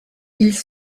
ils